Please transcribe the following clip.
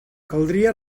caldria